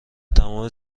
تمام